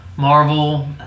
Marvel